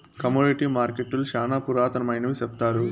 commodity మార్కెట్టులు శ్యానా పురాతనమైనవి సెప్తారు